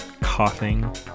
Coughing